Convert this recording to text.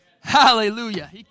Hallelujah